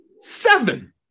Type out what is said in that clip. Seven